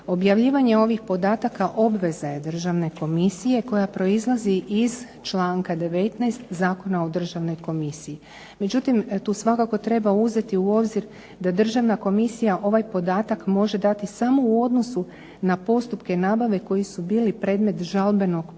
Objavljivanje ovih podataka obveza je Državne komisije koja proizlazi iz članka 19. Zakona o Državnoj komisiji. Međutim, tu svakako treba uzeti u obzir da Državna komisija ovaj podatak može dati samo u odnosu na postupke nabave koji su bili predmet žalbenog postupka,